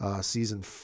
Season